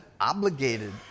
obligated